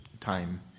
time